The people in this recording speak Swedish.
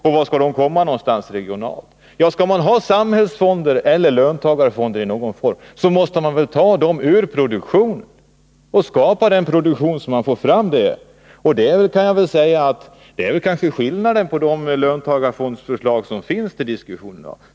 Och vart skall de komma regionalt? Ja, skall man ha samhällsfonder eller löntagarfonder i någon form, så måste man väl ta pengarna ur produktionen och skapa den produktion som man kan få fram. Och här ligger kanske skillnaden mellan de löntagarfondsförslag som finns till diskussion i dag.